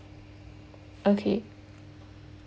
okay